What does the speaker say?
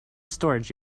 storage